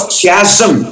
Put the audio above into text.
chasm